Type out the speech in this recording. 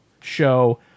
show